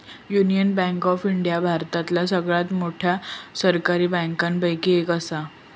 union Bank of India भारतातल्या सगळ्यात मोठ्या सरकारी बँकांपैकी एक असा